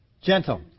gentle